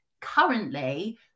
currently